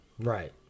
right